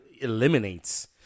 eliminates